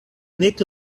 nek